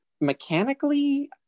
mechanically